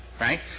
right